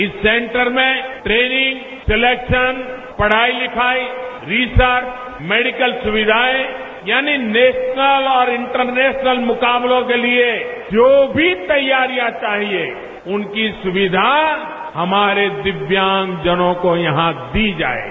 इस सेंटर में training selection पढ़ाई लिखाई रिसर्च मेडिकल सुविधाएं यानि नेशनल और इंटरनेशनल मुकाबलों के लिए जो भी तैयारियां चाहिए उनकी सुविधा हमारे दिव्यां गजनों को यहां दी जाएगी